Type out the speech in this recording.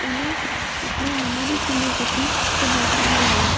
ਉਹਨੇ ਆਪਣੇ ਮੰਮਾ ਦੀ ਚੁੰਨੀ ਚੱਕੀ ਅਤੇ ਗਲ ਫਾਹਾ ਲੈ ਲਿਆ